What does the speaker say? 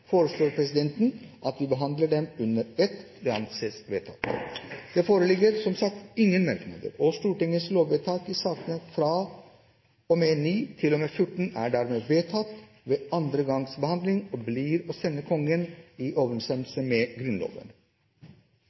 foreslår presidenten at vi behandler dem under ett. – Det anses vedtatt. Det foreligger ingen forslag til anmerkninger til noen av lovvedtakene. Stortingets lovvedtak er dermed bifalt ved annen gangs behandling og blir å sende Kongen i overensstemmelse med Grunnloven.